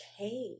okay